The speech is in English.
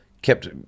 kept